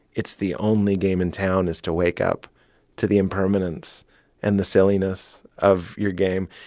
it's the only game in town, is to wake up to the impermanence and the silliness of your game.